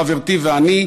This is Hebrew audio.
חברתי ואני,